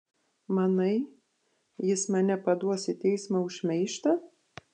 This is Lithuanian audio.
manai jis mane paduos į teismą už šmeižtą